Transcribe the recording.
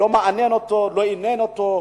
לא מעניין אותו ולא עניין אותו.